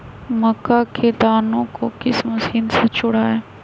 मक्का के दानो को किस मशीन से छुड़ाए?